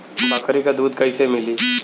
बकरी क दूध कईसे मिली?